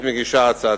כנסת נכבדה,